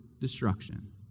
destruction